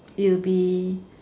it'll be